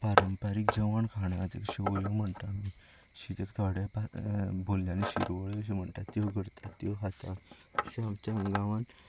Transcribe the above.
पारंपारीक जेवण खाण आसा ते शेवयो म्हणटा आमी शित एक थोडे भरलेलो शिरवळ्यो म्हणटा त्यो करतात त्यो खाता अशें आमच्या गांवान